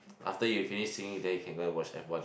after you finish singing then you can go and watch F one